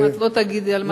אם את לא תגידי על מה,